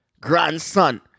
grandson